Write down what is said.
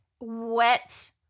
wet